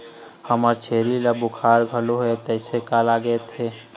हमर छेरी ल बुखार घलोक हे तइसे लागत हे